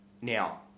Now